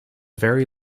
very